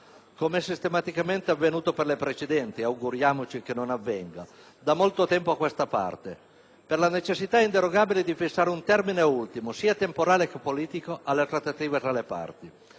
come sistematicamente è avvenuto per le precedenti, e auguriamoci che non avvenga, da molto tempo a questa parte per la necessità inderogabile di fissare un termine ultimo, sia temporale che politico alle trattative tra le parti.